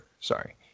sorry